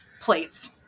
plates